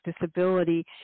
disability